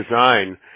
design